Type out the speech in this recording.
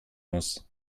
muss